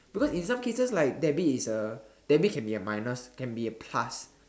because in some cases like debit is a debit can be a minus can be a plus